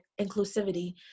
inclusivity